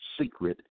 secret